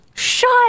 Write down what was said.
Shut